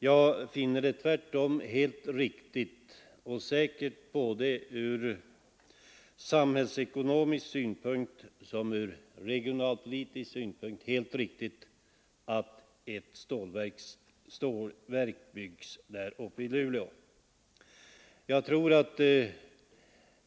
Jag finner det tvärtom helt riktigt och säkerligen ur både samhällsekonomisk och regionalpolitisk synpunkt helt riktigt att ett stålverk byggs i Luleå.